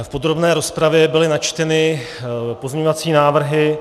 V podrobné rozpravě byly načteny pozměňovací návrhy.